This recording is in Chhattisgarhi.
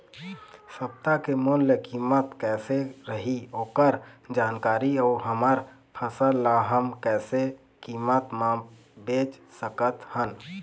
सप्ता के मूल्य कीमत कैसे रही ओकर जानकारी अऊ हमर फसल ला हम कैसे कीमत मा बेच सकत हन?